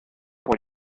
pour